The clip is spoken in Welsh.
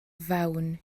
fewn